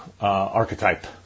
archetype